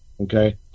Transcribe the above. Okay